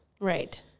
Right